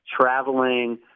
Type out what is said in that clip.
traveling